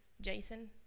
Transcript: Jason